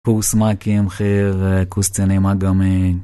קורס מ"כים חי"ר, קורס קצינים אג"מי